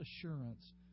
assurance